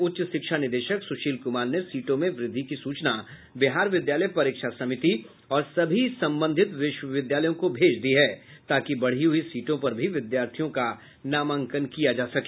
उच्च शिक्षा निदेशक सुशील कुमार ने सीटों में वृद्धि की सूचना बिहार विद्यालय परीक्षा समिति और सभी संबंधित विश्वविद्यालयों को भेज दिया है ताकि बढ़ी हुई सीटों पर भी विद्यार्थियों का नामांकन किया जा सके